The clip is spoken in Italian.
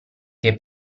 che